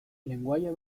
lengoaia